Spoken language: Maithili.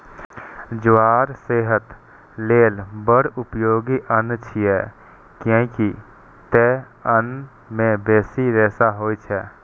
ज्वार सेहत लेल बड़ उपयोगी अन्न छियै, कियैक तं अय मे बेसी रेशा होइ छै